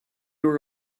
were